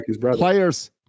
players